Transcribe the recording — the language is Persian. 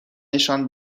نشان